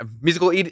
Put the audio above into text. musical